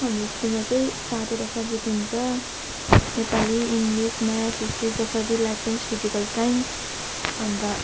हाम्रो स्कुलमा चाहिँ सातवटा सब्जेक्ट हुन्छ Nepali English math history geography life science physical science अन्त